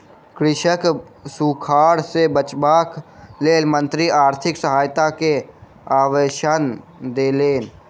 कृषकक सूखाड़ सॅ बचावक लेल मंत्री आर्थिक सहायता के आश्वासन देलैन